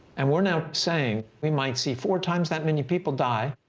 and we're now saying we might see four times that many people die.